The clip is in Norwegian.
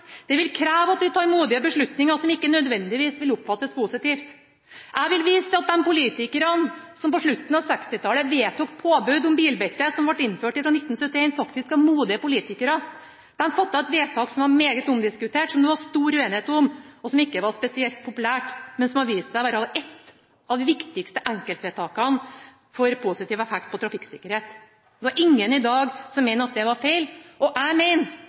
Det vil kreve at vi tar modige beslutninger, som ikke nødvendigvis vil oppfattes positivt. Jeg vil vise til at de politikerne som på slutten av 1960-tallet vedtok påbud om bilbelte, som ble innført fra 1971, faktisk var modige politikere. De fattet et vedtak som var meget omdiskutert, som det var stor uenighet om, og som ikke var spesielt populært – men som har vist seg å være et av de viktigste enkeltvedtakene som har positiv effekt på trafikksikkerheten. Det er ingen i dag som mener at det var feil. Jeg